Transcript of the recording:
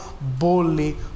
boldly